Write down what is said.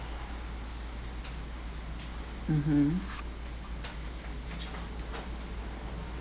mmhmm